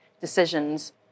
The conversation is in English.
decisions